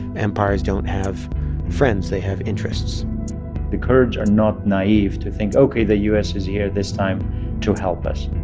empires don't have friends. they have interests the kurds are not naive to think, ok. the u s. is here this time to help us.